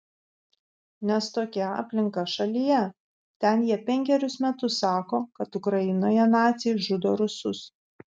nes tokia aplinka šalyje ten jie penkerius metus sako kad ukrainoje naciai žudo rusus